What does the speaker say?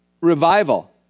revival